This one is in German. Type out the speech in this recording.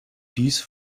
dies